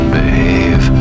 behave